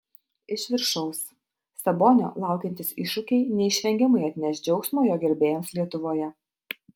iš viršaus sabonio laukiantys iššūkiai neišvengiamai atneš džiaugsmo jo gerbėjams lietuvoje